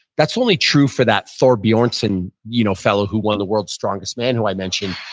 that's only true for that thor bjornsson you know fellow, who won the world's strongest man, who i mentioned.